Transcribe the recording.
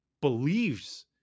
believes